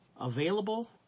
available